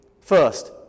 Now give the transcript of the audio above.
first